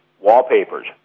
wallpapers